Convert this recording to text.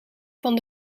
van